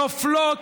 נופלות,